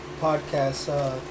podcast